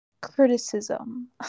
criticism